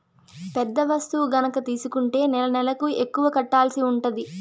పెద్ద వస్తువు గనక తీసుకుంటే నెలనెలకు ఎక్కువ కట్టాల్సి ఉంటది